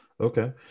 okay